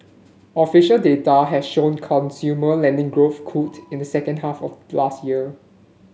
official data has shown consumer lending growth cooled in the second half of last year